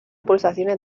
pulsaciones